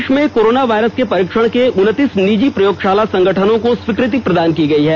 देश में corona virus के परीक्षण के उन्तीस निजी प्रयोगशाला संगठनों को स्वीकृति प्रदान की गई है